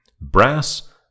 Brass